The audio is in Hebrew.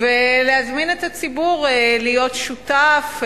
ולהזמין את הציבור להיות שותף,